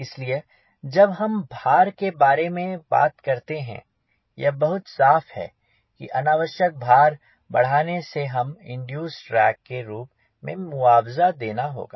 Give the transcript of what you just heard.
इसलिए जब हम भार के बारे में बात करते हैं यह बहुत साफ है कि अनावश्यक भार बढ़ाने से हमें इंड्यूसेड ड्रैग के रूप में मुआवजा देना होगा